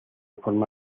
forma